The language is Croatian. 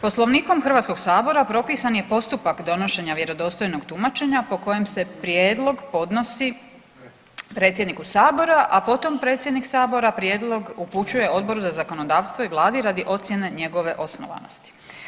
Poslovnikom HS-a propisan je postupak donošenja vjerodostojnog tumačenja po kojem se prijedlog podnosi predsjedniku Sabora, a potom predsjednik Sabora prijedlog upućuje Odboru za zakonodavstvo i Vladi radi ocjene njegove osnovanosti.